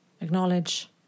Acknowledge